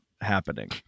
happening